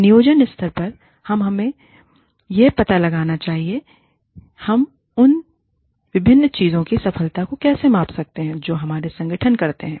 नियोजन स्तर पर हमें यह पता लगाना चाहिए कि हम उन विभिन्न चीजों की सफलता को कैसे माप सकते हैं जो हमारे संगठन करते हैं